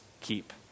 keep